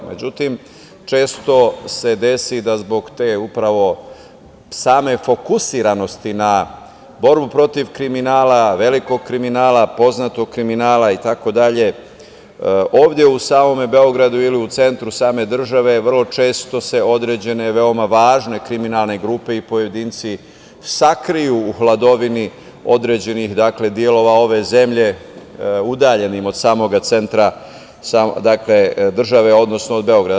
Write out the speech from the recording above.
Međutim, često se desi da zbog te same fokusiranosti na borbu protiv kriminala, velikog kriminala, poznatog kriminala, itd. ovde u samom Beogradu ili u centru same države, vrlo često se određene veoma važne kriminalne grupe i pojedinci sakriju u hladovini određenih delova ove zemlje udaljenih od samog centra Beograda.